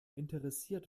interessiert